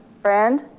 friend,